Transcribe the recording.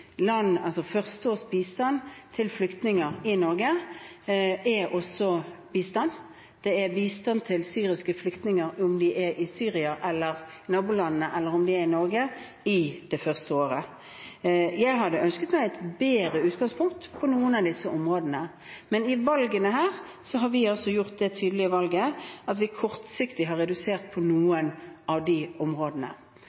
syriske flyktninger, om de er i Syria eller nabolandene eller om de er i Norge – det første året. Jeg hadde ønsket meg et bedre utgangspunkt på noen av disse områdene. Men vi har gjort det tydelige valget at vi kortsiktig har redusert på noen av områdene.